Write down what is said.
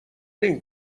این